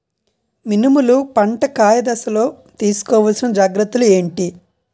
మినుములు పంట కాయ దశలో తిస్కోవాలసిన జాగ్రత్తలు ఏంటి?